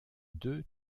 deux